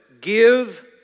give